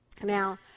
Now